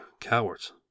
cowards